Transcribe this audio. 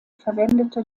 verwendete